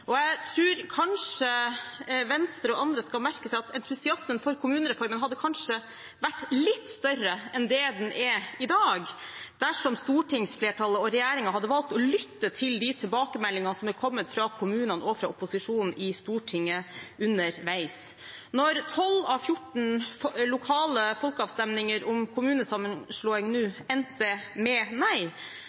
kommunereformen. Jeg tror kanskje Venstre og andre skal merke seg at entusiasmen for kommunereformen kanskje hadde vært litt større enn det den er i dag, dersom stortingsflertallet og regjeringen hadde valgt å lytte til de tilbakemeldingene som er kommet fra kommunene og fra opposisjonen i Stortinget underveis. Når 12 av 14 lokale folkeavstemninger om kommunesammenslåing nå endte med nei,